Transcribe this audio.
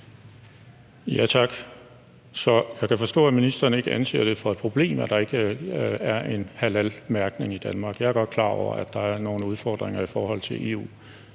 Tak. Så jeg kan forstå, at ministeren ikke anser det for et problem, at der ikke er en halalmærkning i Danmark. Jeg er godt klar over, at der er nogle udfordringer i forhold til EU.